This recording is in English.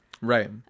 Right